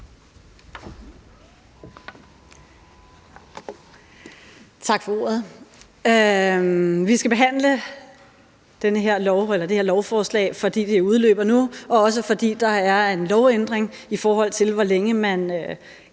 Tak for ordet. Vi skal behandle det her lovforslag, fordi bestemmelserne udløber nu, og også fordi der er en lovændring i forhold til, hvor længe man